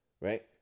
Right